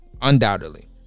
undoubtedly